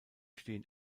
stehen